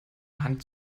hand